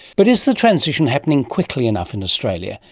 but is the transition happening quickly enough in australia,